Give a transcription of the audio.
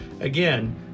Again